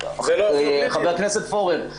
חבר הכנסת פורר,